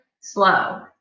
slow